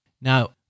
Now